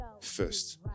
First